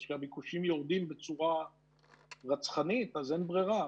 אז כשהביקושים יורדים בצורה רצחנית, אז אין ברירה.